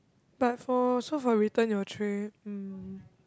but for so for return your tray um